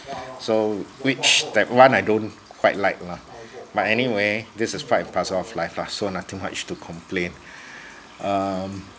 so which that one I don't quite like lah but anyway this is part and puzzle of life lah so nothing much to complain um